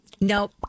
Nope